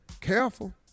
Careful